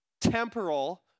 temporal